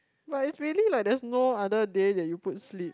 but it's really like there's no other day that you put sleep